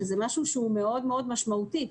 וזה משהו מאוד מאוד משמעותי.